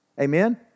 amen